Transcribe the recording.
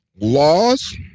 laws